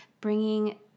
bringing